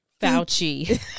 Fauci